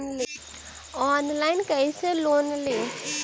Online कैसे loan ली?